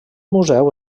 museu